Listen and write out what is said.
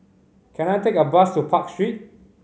can I take a bus to Park Street